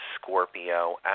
Scorpio